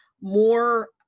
more